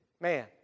man